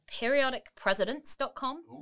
Periodicpresidents.com